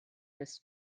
this